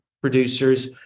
producers